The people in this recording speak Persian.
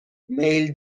میل